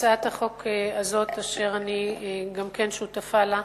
הצעת החוק הזאת, אשר גם אני שותפה לה,